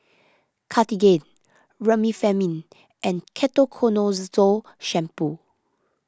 Cartigain Remifemin and Ketoconazole Shampoo